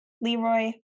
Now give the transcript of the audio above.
Leroy